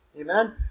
Amen